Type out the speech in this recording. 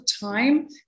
time